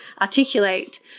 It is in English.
articulate